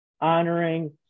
honoring